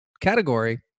category